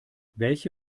welche